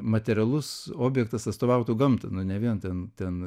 materialus objektas atstovautų gamtą nu ne vien ten ten